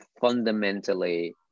fundamentally